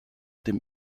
dem